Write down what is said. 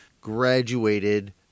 graduated